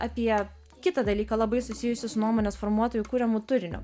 apie kitą dalyką labai susijusį su nuomonės formuotojų kuriamu turiniu